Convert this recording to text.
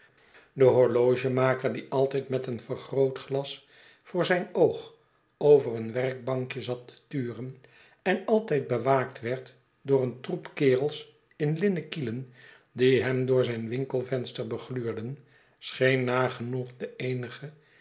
de horlogemaker die altyd met een vergrootglas voor zijn oog over een werkbankje zat te turen en altijd bewaakt werd door een troep kerels in linnen kielen die hem door zijn winkelvenster begluurden scheen nagenoeg de eenige